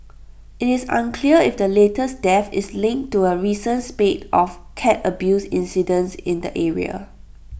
IT is unclear if the latest death is linked to A recent spate of cat abuse incidents in the area